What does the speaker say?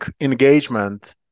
engagement